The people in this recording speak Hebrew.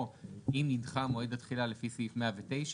או אם נדחה מועד התחילה לפי סעיף 109